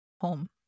home